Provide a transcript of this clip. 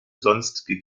sonst